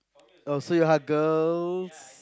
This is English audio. oh so you hug girls